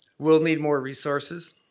will need more resources.